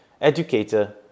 educator